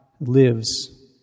lives